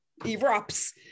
erupts